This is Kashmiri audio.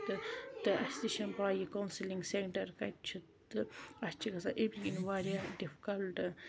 تہٕ تہٕ اَسہِ تہِ چھنہٕ پاے یہِ کَوسِلِنگ سینٹر کَتہِ چھُ تہٕ اَسہِ چھُ گَژھان امہِ کِنۍ واریاہ ڈِفکَلٹ